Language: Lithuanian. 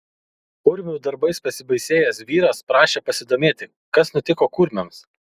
kurmių darbais pasibaisėjęs vyras prašė pasidomėti kas nutiko kurmiams